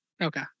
Okay